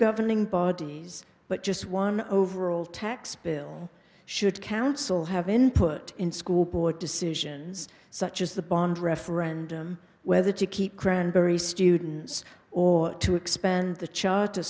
governing bodies but just one overall tax bill should council have input in school board decisions such as the bond referendum whether to keep cranbury students or to expand the charter